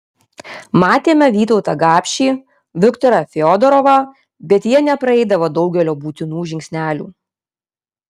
matėme vytautą gapšį viktorą fiodorovą bet jie nepraeidavo daugelio būtinų žingsnelių